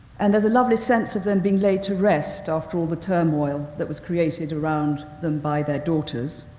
and there's a lovely sense of them being laid to rest after all the turmoil that was created around them by their daughters.